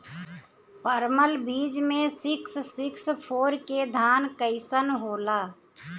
परमल बीज मे सिक्स सिक्स फोर के धान कईसन होला?